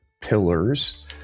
pillars